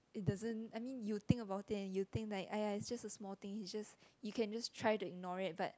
it doesn't I mean you think about it and you think like !aiya! it's just a small thing he's just you can just try to ignore it but